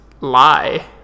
lie